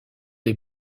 les